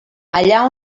allà